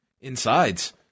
insides